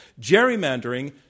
Gerrymandering